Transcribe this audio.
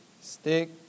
Stick